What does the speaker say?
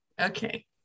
Okay